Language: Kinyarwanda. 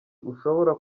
ushobora